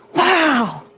wow!